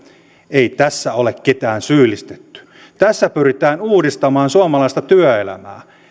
ei tässä ole ketään syyllistetty tässä pyritään uudistamaan suomalaista työelämää